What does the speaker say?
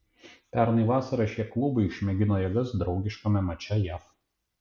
pernai vasarą šie klubai išmėgino jėgas draugiškame mače jav